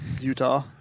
Utah